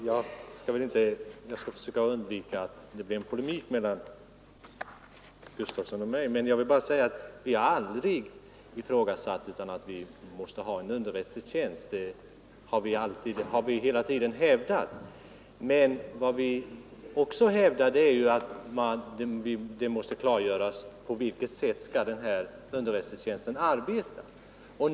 Herr talman! Jag skall försöka undvika en polemik mellan herr Gustavsson i Eskilstuna och mig. Vi kommunister har aldrig ifrågasatt behovet av en svensk underrättelsetjänst. Men vi hävdar att det måste klargöras på vilket sätt denna underrättelsetjänst skall arbeta.